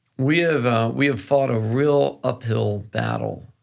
we have we have fought a real uphill battle.